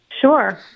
Sure